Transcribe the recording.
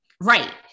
right